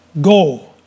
Go